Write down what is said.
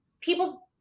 people